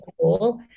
cool